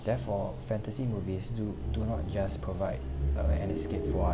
therefore fantasy movies do do not just provide uh an escape for